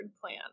plan